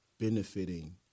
benefiting